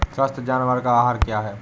स्वस्थ जानवर का आहार क्या है?